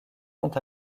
sont